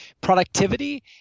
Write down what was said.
productivity